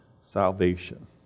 salvation